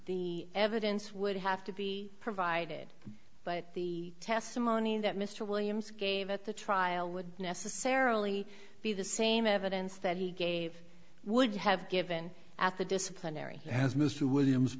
the evidence would have to be provided but the testimony that mr williams gave at the trial would necessarily be the same evidence that he gave would have given at the disciplinary has mr williams